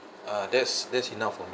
uh that's that's enough for me